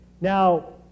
Now